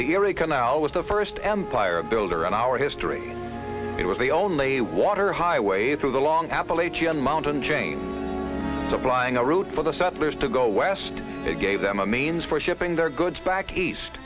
erie canal was the first empire builder in our history it was the only water highway through the long appalachian mountain chain supplying a route for the settlers to go west it gave them a means for shipping their goods back east